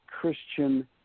Christian